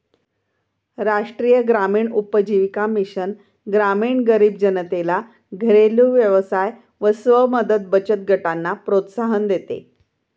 राष्ट्रीय ग्रामीण उपजीविका मिशन ग्रामीण गरीब जनतेला घरेलु व्यवसाय व स्व मदत बचत गटांना प्रोत्साहन देते